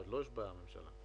עוד לא הושבעה הממשלה.